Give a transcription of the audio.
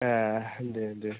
ए दे दे